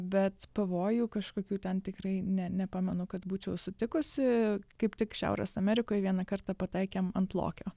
bet pavojų kažkokių ten tikrai ne nepamenu kad būčiau sutikusi kaip tik šiaurės amerikoj vieną kartą pataikėm ant lokio